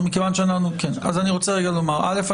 ראשית,